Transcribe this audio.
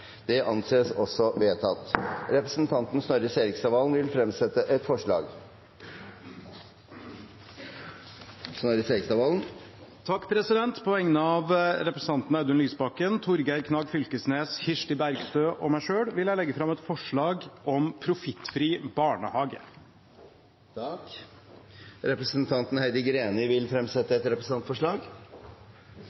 Representanten Snorre Serigstad Valen vil fremsette et representantforslag. På vegne av representantene Audun Lysbakken, Torgeir Knag Fylkesnes, Kirsti Bergstø og meg selv vil jeg legge fram et forslag om profittfri barnehage. Representanten Heidi Greni vil fremsette